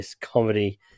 comedy